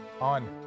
on